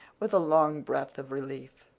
with a long breath of relief,